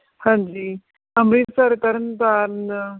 ਹਾਂਜੀ ਅੰਮ੍ਰਿਤਸਰ ਤਰਨ ਤਾਰਨ